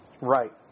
Right